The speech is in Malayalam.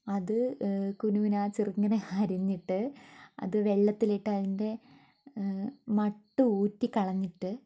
അത് കുനുകുനാ ചെറുങ്ങനെ അരിഞ്ഞിട്ട് അത് വെള്ളത്തിലിട്ട് അതിൻ്റെ മട്ട് ഊറ്റി കളഞ്ഞിട്ട്